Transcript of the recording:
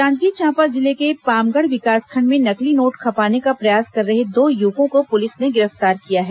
जांजगीर चांपा जिले के पामगढ़ विकासखंड में नकली नोट खपाने का प्रयास कर रहे दो युवकों को पुलिस ने गिरफ्तार किया है